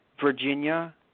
Virginia